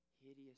hideous